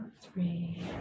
three